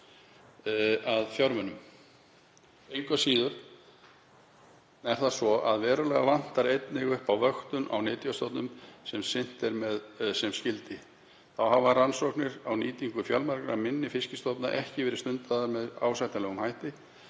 að fjármunum. Engu að síður er það svo, að verulega vantar einnig upp á að vöktun á nytjastofnum sé sinnt sem skyldi. Þá hafa rannsóknir á nýtingu fjölmargra minni fiskistofna ekki verið stundaðar með ásættanlegum hætti.